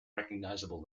recognizable